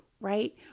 right